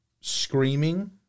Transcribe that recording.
screaming